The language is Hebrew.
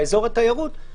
באזור התיירות,